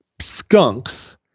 skunks